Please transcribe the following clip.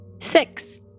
Six